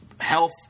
health